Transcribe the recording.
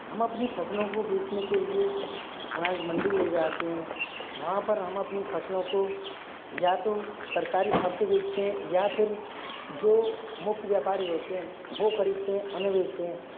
हम अपनी फसलों को बेचने के लिए अनाज मंडी ले जातें हैं वहाँ पर हम अपनी फसलों को या तो सरकारी भाव से बेचते हैं या फिर जो मुख्य व्यापारी होते हैं वह खरीदते है उन्हें बेचते हैं